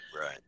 Right